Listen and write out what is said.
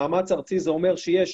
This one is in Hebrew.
זה אומר שיש